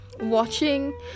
watching